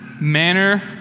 manner